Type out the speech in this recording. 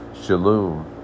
Shalom